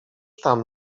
tam